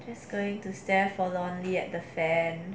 that's going to stay for awhile without the fan